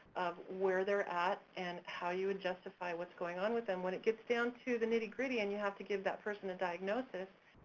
where they're at and how you would justify what's going on with them, when it gets down to the nitty gritty and you have to give that person a diagnosis,